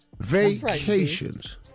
Vacations